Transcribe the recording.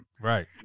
Right